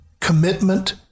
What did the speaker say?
commitment